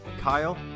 Kyle